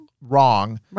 wrong